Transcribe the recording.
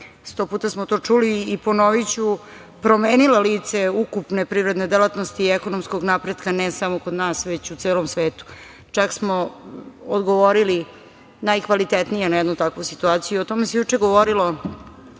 sto puta smo to čuli i ponoviću, promenila lice ukupne privredne delatnosti i ekonomskog napretka ne samo kod nas, već u celom svetu. Čak smo odgovorili najkvalitetnije na jednu takvu situaciju.O tome se juče govorilo